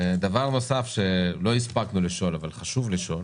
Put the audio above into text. דבר נוסף שלא הספקנו לשאול אבל חשוב לשאול